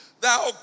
thou